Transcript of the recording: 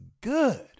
good